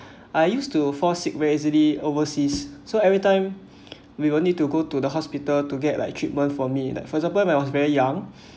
I used to fall sick very easily overseas so every time we will need to go to the hospital to get like treatment for me like for example when I was very young